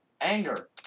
Anger